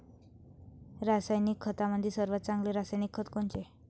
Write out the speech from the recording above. रासायनिक खतामंदी सर्वात चांगले रासायनिक खत कोनचे?